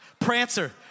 Prancer